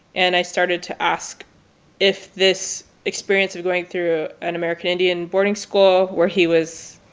and i started to ask if this experience of going through an american indian boarding school, where he was